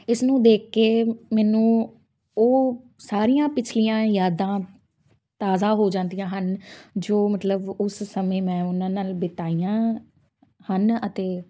ਇਸ ਨੂੰ ਦੇਖ ਕੇ ਮੈਨੂੰ ਉਹ ਸਾਰੀਆਂ ਪਿਛਲੀਆਂ ਯਾਦਾਂ ਤਾਜ਼ਾ ਹੋ ਜਾਂਦੀਆਂ ਹਨ ਜੋ ਮਤਲਬ ਉਸ ਸਮੇਂ ਮੈਂ ਉਹਨਾਂ ਨਾਲ ਬਿਤਾਈਆਂ ਹਨ ਅਤੇ